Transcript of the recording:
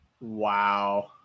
wow